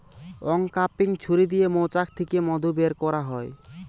uncapping ছুরি দিয়ে মৌচাক থিকে মধু বের কোরা হয়